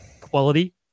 quality